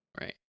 Right